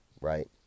right